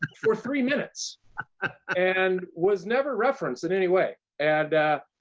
for three minutes and was never referenced in any way and.